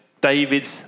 david's